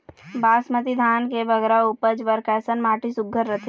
बासमती धान के बगरा उपज बर कैसन माटी सुघ्घर रथे?